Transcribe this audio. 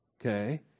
okay